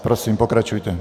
Prosím, pokračujte.